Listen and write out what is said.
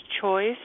Choice